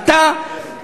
אתה,